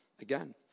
again